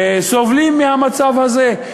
שסובלים מהמצב הזה.